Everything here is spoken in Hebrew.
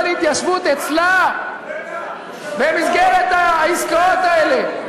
להתיישבות אצלה במסגרת העסקאות האלה,